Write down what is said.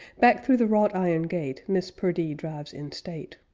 back through the wrought-iron gate miss perdee drives in state.